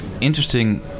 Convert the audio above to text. interesting